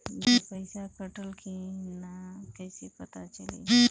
Bill के पइसा कटल कि न कइसे पता चलि?